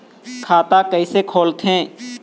खाता कइसे खोलथें?